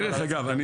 אגב,